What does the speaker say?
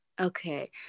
okay